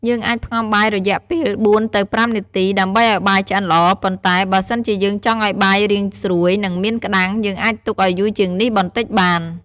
យើងអាចផ្ងំបាយរយៈពេល៤ទៅ៥នាទី ដើម្បីឱ្យបាយឆ្អិនល្អ ប៉ុន្តែ បើសិនជាយើងចង់ឱ្យបាយរាងស្រួយ និងមានក្ដាំង យើងអាចទុកឱ្យយូរជាងនេះបន្តិចបាន។